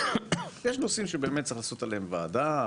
יש נושאים שבאמת צריך לעשות עליהם ועדה,